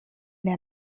der